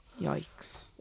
Yikes